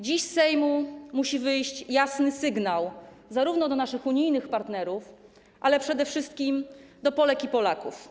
Dziś z Sejmu musi wyjść jasny sygnał zarówno do naszych unijnych partnerów, jak i, przede wszystkim, do Polek i Polaków.